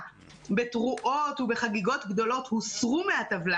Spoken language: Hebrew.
בתרועות ובחגיגות גדולות הוסרו מהטבלה